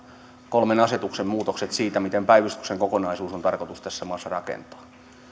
kolmen asetuksen muutokset siitä miten päivystyksen kokonaisuus on tarkoitus tässä maassa rakentaa